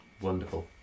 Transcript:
wonderful